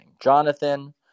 Jonathan